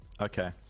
Okay